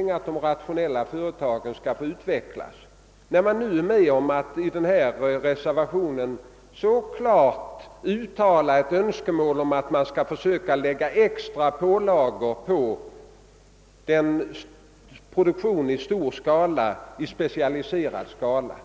de rationella företagen att utvecklas, kan i denna reservation så klart uttala ett önskemål om att extra pålagor läggs på den specialiserade produktion som bedrivs i stor skala.